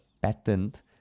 patent